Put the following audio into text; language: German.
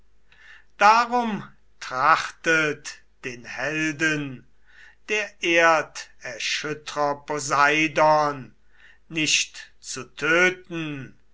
darum trachtet den helden der erderschüttrer poseidon nicht zu töten